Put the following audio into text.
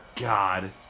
God